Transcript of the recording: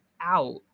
out